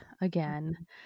again